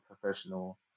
professional